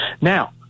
Now